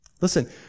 Listen